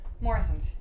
Morrison's